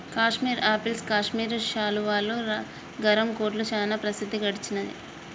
Kashmir apples Kashmir శాలువాలు, గరం కోట్లు చానా ప్రసిద్ధి గడించినాయ్